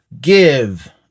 Give